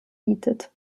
bietet